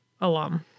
alum